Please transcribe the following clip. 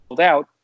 out